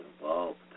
involved